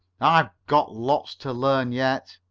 i've got lots to learn yet.